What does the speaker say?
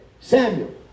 Samuel